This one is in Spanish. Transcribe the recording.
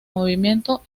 movimiento